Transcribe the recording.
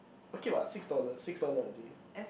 okay what six dollar six dollar a day